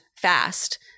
fast